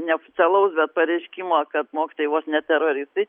neoficialaus bet pareiškimo kad mokytojai vos ne teroristai